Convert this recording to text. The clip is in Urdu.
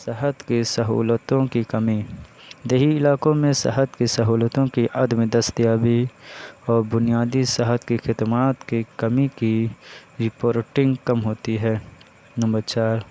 صحت کی سہولتوں کی کمی دیہی علاقوں میں صحت کی سہولتوں کی عدم دستیابی اور بنیادی صحت کی خدمات کی کمی کی رپورٹنگ کم ہوتی ہے نمبر چار